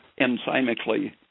enzymically